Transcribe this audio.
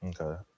okay